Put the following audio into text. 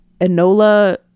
Enola